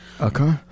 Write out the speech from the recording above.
Okay